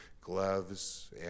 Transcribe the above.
gloves